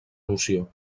noció